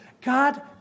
God